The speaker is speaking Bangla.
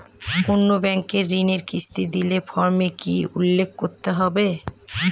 অন্য ব্যাঙ্কে ঋণের কিস্তি দিলে ফর্মে কি কী উল্লেখ করতে হবে?